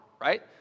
right